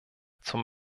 zum